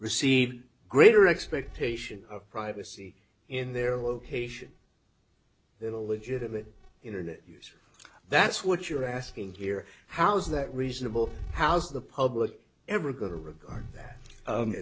receive greater expectation of privacy in their location than a legitimate internet use that's what you're asking here how is that reasonable how's the public ever going to regard that